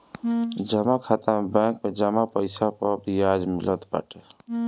जमा खाता में बैंक में जमा पईसा पअ बियाज मिलत बाटे